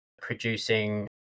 producing